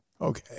Okay